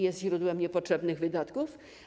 Jest to źródło niepotrzebnych wydatków.